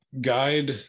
guide